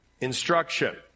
instruction